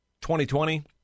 2020